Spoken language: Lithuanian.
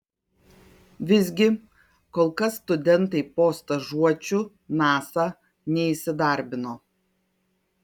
visgi kol kas studentai po stažuočių nasa neįsidarbino